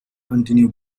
continue